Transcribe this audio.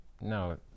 No